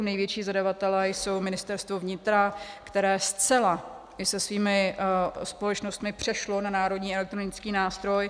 Největší zadavatelé jsou Ministerstvo vnitra, které zcela i se svými společnostmi přešlo na Národní elektronický nástroj.